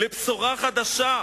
לבשורה חדשה,